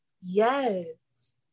yes